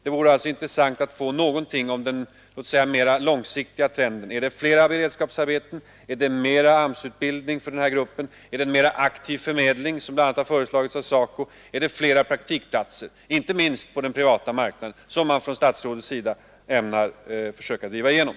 Det vore intressant att få veta någonting om de mera långsiktiga planerna. Är det flera beredskapsarbeten, och mera AMS utbildning för den här gruppen, är det en mera aktiv förmedling — vilket bl.a. har föreslagits av SACO — är det flera praktikplatser, inte minst på den privata marknaden, som statsrådet ämnar försöka driva igenom?